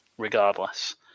Regardless